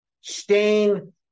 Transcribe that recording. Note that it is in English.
stain